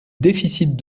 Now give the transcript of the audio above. déficit